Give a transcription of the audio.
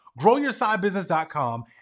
growyoursidebusiness.com